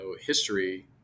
history